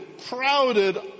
crowded